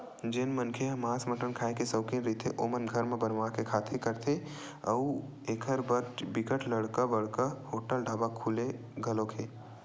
जेन मनखे ह मांस मटन खांए के सौकिन रहिथे ओमन घर म बनवा के खाबे करथे अउ एखर बर बिकट बड़का बड़का होटल ढ़ाबा खुले घलोक हे